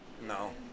No